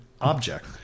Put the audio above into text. object